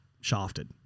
shafted